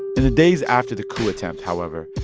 in the days after the coup attempt, however,